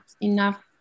enough